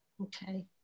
Okay